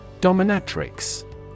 Dominatrix